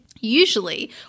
Usually